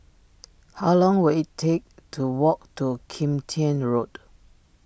how long will it take to walk to Kim Tian Road